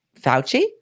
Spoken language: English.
Fauci